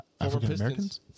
African-Americans